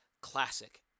classic